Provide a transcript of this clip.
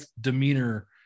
demeanor